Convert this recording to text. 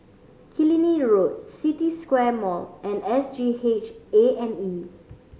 Killiney Road City Square Mall and S G H A and E